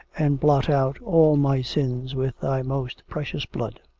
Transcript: and blot out all my sins with thy most precious blood.